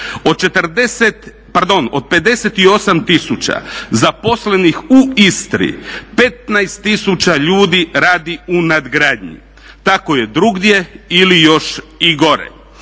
od 58000 zaposlenih u Istri 15000 ljudi radi u nadgradnji. Tako je drugdje ili još i gore.